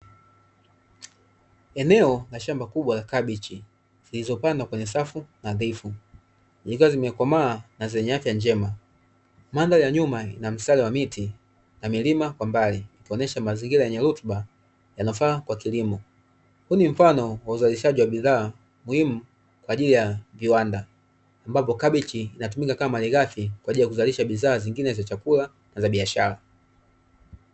Eneo la shamba kubwa la kabichi zilizopandwa kwenye safu nadhifu, zikiwa zimekomaa na zenye afya njema. Mandhari ya nyuma ina mstari wa miti na milima kwa mbali, ikionyesha mazingira yenye rutuba yanayofaa kwa kilimo. Huu ni mfano wa uzalishaji wa bidhaa muhimu kwa ajili ya viwanda, ambapo kabichi inatumika kama malighafi kwa ajili ya kuzalisha bidhaa zingine za chakula na za biashara.